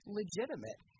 legitimate